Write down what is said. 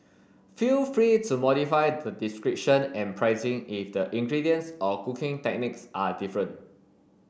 feel free to modify the description and pricing if the ingredients or cooking techniques are different